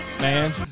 man